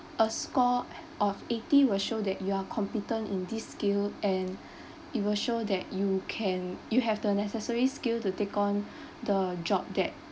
a score of eighty will show that you are competent in this skill and it will show that you can you have the necessary skill to take on the job that